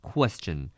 Question